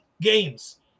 games